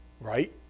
right